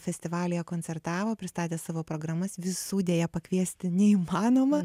festivalyje koncertavo pristatė savo programas visų deja pakviesti neįmanoma